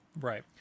Right